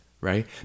right